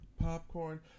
popcorn